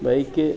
bike